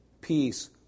peace